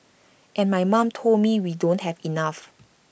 and my mom told me we don't have enough